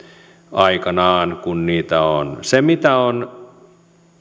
aikanaan kun niitä on se mitä on